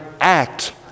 act